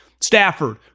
Stafford